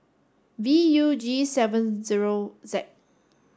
V U G seven zero Z